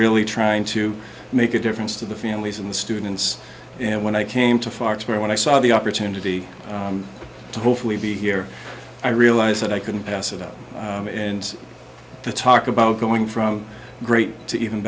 really trying to make a difference to the families and the students and when i came to fox when i saw the opportunity to hopefully be here i realized that i couldn't pass it up and to talk about going from great to even